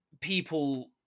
people